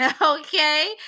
okay